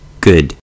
Good